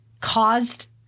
caused